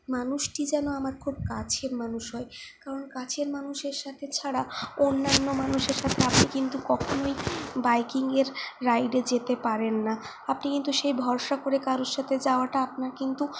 মানুষটি যেন আমার খুব কাছের মানুষ হয় কারণ কাছের মানুষের সাথে ছাড়া অন্যান্য মানুষের সাথে আপনি কিন্তু কখনওই বাইকিংয়ের রাইডে যেতে পারেন না আপনি কিন্তু সেই ভরসা করে কারুর সাথে যাওয়াটা আপনার কিন্তু